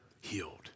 healed